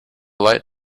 light